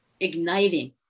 igniting